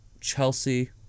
Chelsea